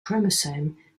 chromosome